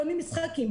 קונים משחקים,